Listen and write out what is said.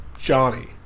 Johnny